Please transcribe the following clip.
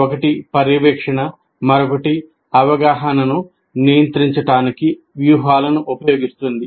ఒకటి పర్యవేక్షణ మరొకటి అవగాహనను నియంత్రించడానికి వ్యూహాలను ఉపయోగిస్తోంది